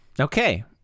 Okay